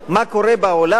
מה קורה בעולם.